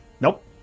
Nope